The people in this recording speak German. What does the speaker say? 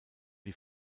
die